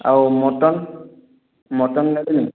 ଆଉ mutton mutton ନେବେ ନାହିଁ